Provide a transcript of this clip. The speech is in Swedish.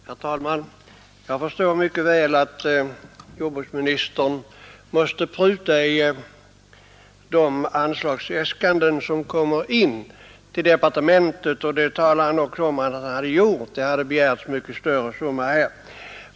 Herr talman! Jag förstår mycket väl att jordbruksministern måste pruta på de anslagsäskanden som kommer in till departementet, och det talar han också om att han har gjort: det hade begärts mycket större summor här.